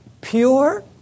pure